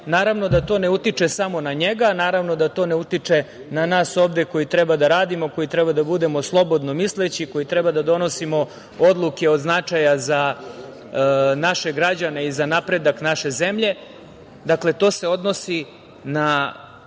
Naravno da to ne utiče samo na njega, naravno da to ne utiče na nas ovde koji treba da radimo, koji treba da budemo slobodnomisleći, koji treba da donosimo odluke od značaja za naše građane i za napredak naše zemlje, dakle to se odnosi na